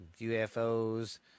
UFOs